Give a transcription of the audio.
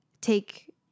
take